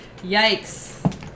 Yikes